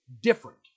different